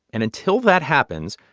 and until that happens,